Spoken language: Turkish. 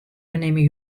önemi